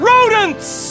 Rodents